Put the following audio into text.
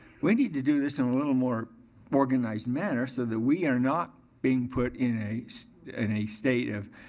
we need to do this in a little more organized manner so that we are not being put in a so in a state of,